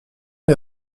les